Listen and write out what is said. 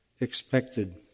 expected